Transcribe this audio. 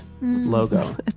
logo